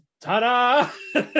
ta-da